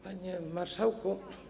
Panie Marszałku!